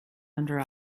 under